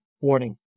Warning